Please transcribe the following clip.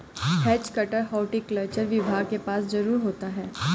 has cutter horticulture विभाग के पास जरूर होता है